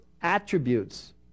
attributes